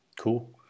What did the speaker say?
Cool